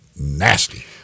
nasty